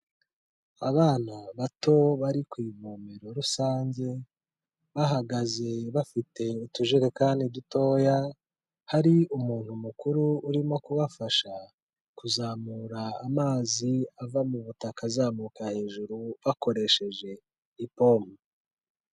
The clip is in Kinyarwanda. Abana bato bari ku ivomero rusange, bahagaze bafite utujerekani dutoya hari umuntu mukuru urimo kubafasha kuzamura amazi ava mu butaka azamuka hejuru bakoresheje ipombo.